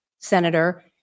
Senator